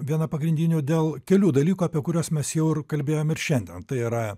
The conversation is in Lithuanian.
viena pagrindinių dėl kelių dalykų apie kuriuos mes jau kalbėjom ir šiandien tai yra